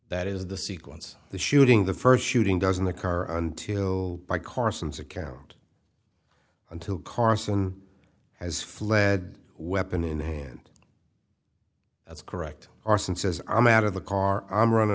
that is the sequence the shooting the first shooting doesn't occur until by carson's account until carson has fled weapon in hand that's correct arson says i'm out of the car i'm running